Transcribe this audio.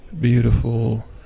beautiful